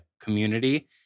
community